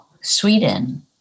Sweden